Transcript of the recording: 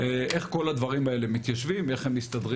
איך כל הדברים האלה מתיישבים ואיך הם מסתדרים